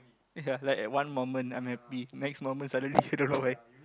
ya like one moment I'm happy next moment suddenly don't know why